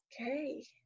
Okay